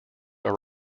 are